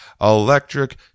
electric